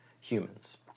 humans